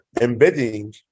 embedding